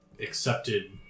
accepted